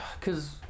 cause